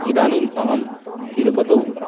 इदानीम् अहं तिरुपतौ